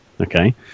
Okay